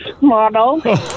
model